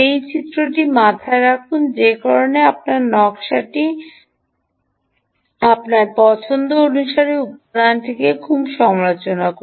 এই চিত্রটি মাথায় রাখুন যে কারণে আপনার নকশাটি আপনার পছন্দ অনুসারে উপাদানটিকে খুব সমালোচনা করে